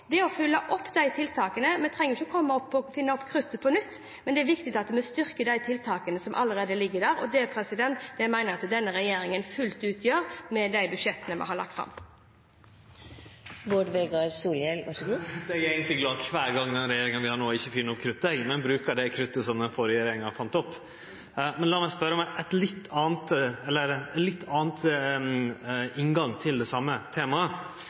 Det å følge opp de tiltakene – vi trenger ikke finne opp kruttet på nytt – og å styrke tiltakene som allerede ligger der, er viktig. Det mener jeg at denne regjeringen fullt ut gjør med de budsjettene den har lagt fram. Eg er eigentleg glad kvar gong regjeringa vi har no, ikkje finn opp krutet, men brukar det krutet som den førre regjeringa fann opp. Lat meg spørje om noko anna – ein litt annan inngang til det same temaet